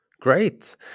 Great